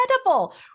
incredible